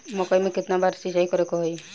मकई में केतना बार सिंचाई करे के होई?